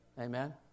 amen